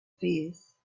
fierce